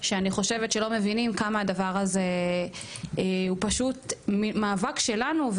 שאני חושבת שלא מבינים כמה הדבר הזה הוא פשוט מאבק שלנו,